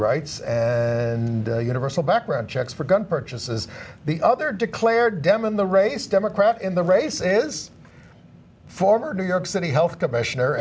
rights and universal background checks for gun purchases the other declared demo in the race democrat in the race is former new york city health commissioner